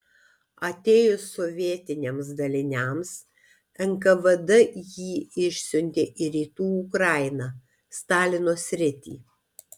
atėjus sovietiniams daliniams nkvd jį išsiuntė į rytų ukrainą stalino sritį